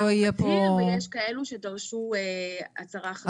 יש כאלו שדרשו תצהיר ויש כאלו שדרשו הצהרה חתומה.